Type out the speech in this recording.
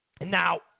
Now